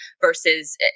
versus